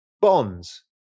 bonds